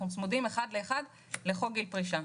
אנחנו צמודים אחד לאחד לחוק גיל פרישה.